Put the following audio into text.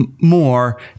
more